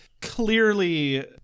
clearly